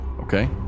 Okay